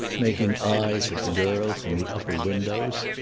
making eyes at the girls in the upper windows.